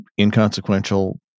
inconsequential